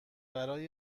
برای